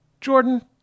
Jordan